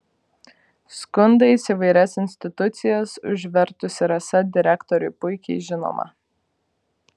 skundais įvairias institucijas užvertusi rasa direktoriui puikiai žinoma